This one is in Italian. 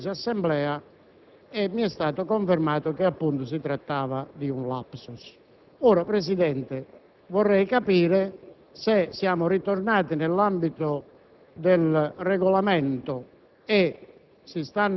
Siccome ho percepito che si trattasse di un *lapsus* formale, mi sono avvicinato al banco della Presidenza e gli autorevoli rappresentanti del Servizio dell'Assemblea